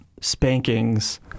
spankings